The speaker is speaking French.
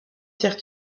tires